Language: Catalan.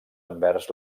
envers